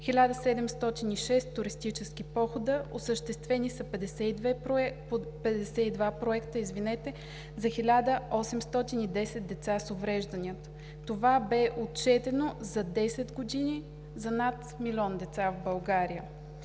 1706 туристически похода; осъществени са 52 проекта за 1810 деца с увреждания“ – това бе отчетено за десет години за над милион деца в България.